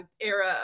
era